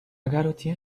garotinha